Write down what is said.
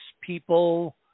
people